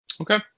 Okay